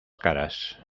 caras